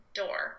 door